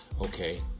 okay